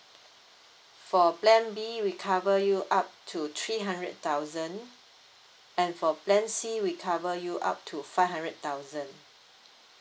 for plan B we cover you up to three hundred thousand and for plan C we cover you up to five hundred thousand